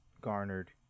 garnered